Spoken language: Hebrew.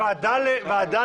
ועדה